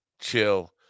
chill